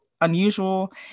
unusual